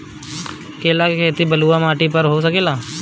केला के खेती बलुआ माटी पर हो सकेला का?